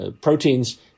proteins